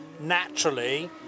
naturally